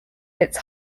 its